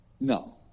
No